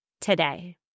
today